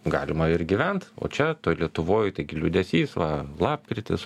galima ir gyvent o čia toj lietuvoj taigi liūdesys va lapkritis